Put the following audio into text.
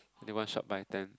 they one shot buy ten